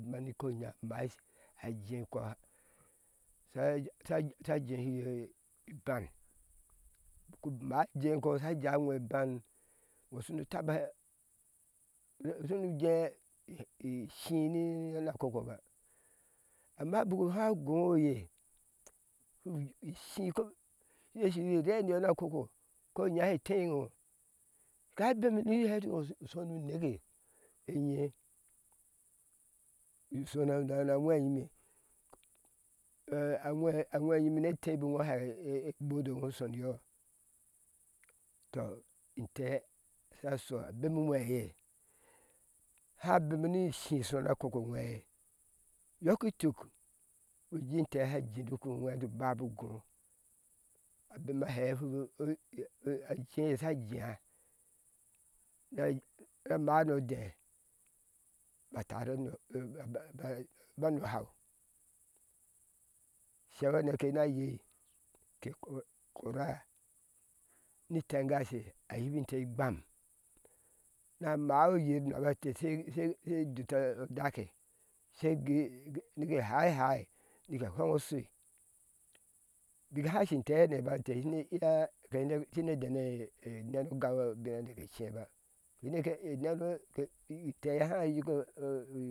sha jehiiye iban ubik umaa a jei enkɔ sha jani ino iban shanu taba ushehunu jii ishii na koko ba amma bik haŋ ugɔnɔ oye ishi ke shir shi irɛrɛ niyɔ ni koko iko iinya she tei iŋo ke haŋ ebemi yor ati iŋo usho ni uneke enye usho no awhew enyime awhei enyime ene tebi iŋohɛ egbodo e iŋo shi sho ni iyo tɔ ine sha sho abemu uweke eye haa bemi nii shii isho na kok owheye haa bemi nii shi isho náá kok ouwheepe iyo ki tuk uni ntee hsa jinik eye sha kpea niiye a maa no déé ba tare ni nhau ishohane intee na ye inte kora ni itengashe a yibin inte igbam na mau iyer nasharkente she duta a dak ke nike hahai nike efwen oshui abik háá a shi inte ingasheba inte ke shine iya ke de nike neno ogau hneba